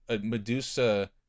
Medusa